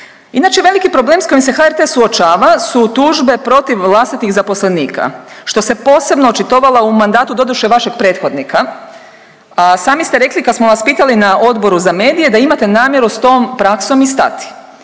Inače veliki problem s kojim se HRT suočava su tužbe protiv vlastitih zaposlenika, što se posebno očitovala u mandatu, doduše vašeg prethodnika, a sami ste rekli kad smo vas pitali na Odboru za medije da imate namjeru s tom praksom i stati.